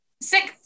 six